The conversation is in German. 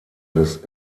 des